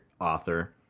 author